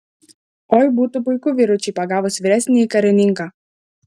oi būtų puiku vyručiai pagavus vyresnįjį karininką